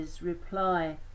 reply